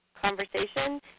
conversation